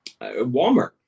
Walmart